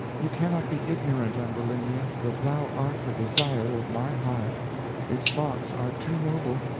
you cannot be ignorant, ambulinia, that thou art the desire of my heart its thoughts are too noble,